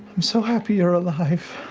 i'm so happy you're alive.